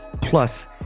plus